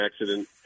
accident